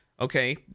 okay